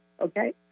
Okay